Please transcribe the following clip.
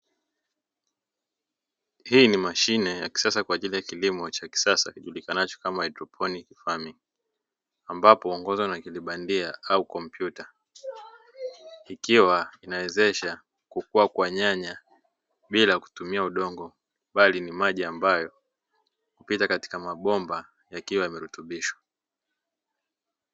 Hii ni mashine ya kisasa kwa ajili ya kilimo cha kisasa, ijulikanacho kama haidroponi, ambapo huongozwa na akilibandia au kompyuta ikiwa inawezesha kukuwa kwa nyanya bila kutumia udongo bali ni maji ambayo pia katika mabomba yakiwa yamerutubishwa.